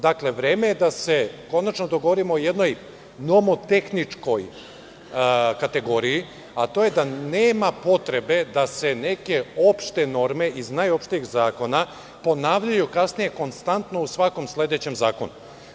Dakle, vreme je da se konačno dogovorimo o jednoj nomotehničkoj kategoriji; a to je da nema potrebe da se neke opšte norme iz najopštijeg zakona ponavljaju kasnije konstantno u svakom sledećem zakonu.